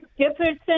Jefferson